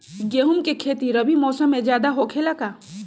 गेंहू के खेती रबी मौसम में ज्यादा होखेला का?